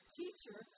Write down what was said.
teacher